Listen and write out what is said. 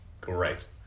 Great